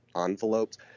envelopes